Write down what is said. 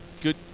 good